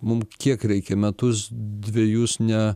mum kiek reikia metus dvejus ne